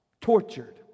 Tortured